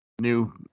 new